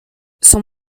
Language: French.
son